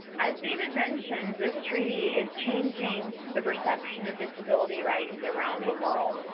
as david mentioned, this treaty is changing the perception of disability rights around the world.